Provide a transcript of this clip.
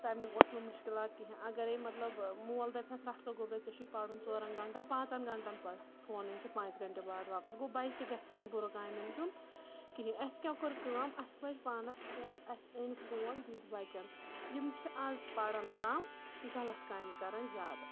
تمیُک اوس نہٕ مُشکِلات کِہِنۍ اگرے مطلب مول دپہِ ہس رٹھ سا گوٚبرا ژےٚ چھُے پرُن ژورن گنٛٹن پانٛژن گنٛٹن پر فون أنۍ زِ پانٛژِ گنٛٹہٕ باد واپس گوٚو بچہِ تہِ گژھِ ہا نہٕ بُرٕ کامٮ۪ن کُن کہیٖنۍ اسہِ کیٛاہ کوٚر کٲم اسہِ وٲج پانس کھریس اسہِ أنۍ فون دِتۍ بچن یِم چھِ آز پران کم غلط کامہِ کران زیادٕ